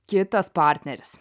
kitas partneris